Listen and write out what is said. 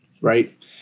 Right